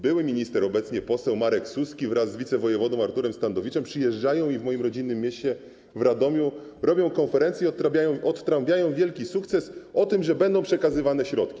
Były minister, a obecnie poseł Marek Suski wraz z wicewojewodą Arturem Standowiczem przyjeżdżają i w moim rodzinnym mieście, w Radomiu, robią konferencję i odtrąbiają wielki sukces, mówią o tym, że będą przekazywane środki.